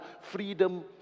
freedom